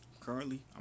currently